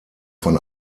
von